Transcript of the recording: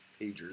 pagers